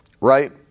Right